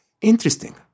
Interesting